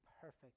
perfect